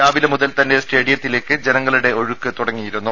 രാവിലെ മുതൽ തന്നെ സ്റ്റേഡിയത്തിലേക്ക് ജനങ്ങളുടെ ഒഴുക്ക് തുടങ്ങിയിരുന്നു